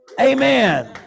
Amen